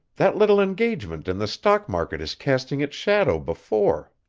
that little engagement in the stock-market is casting its shadow before.